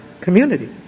community